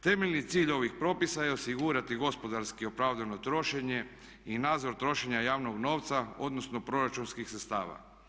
Temeljni cilj ovih propisa je osigurati gospodarski opravdano trošenje i nadzor trošenja javnog novca, odnosno proračunskih sredstava.